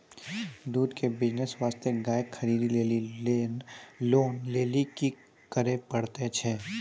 दूध के बिज़नेस वास्ते गाय खरीदे लेली लोन लेली की करे पड़ै छै?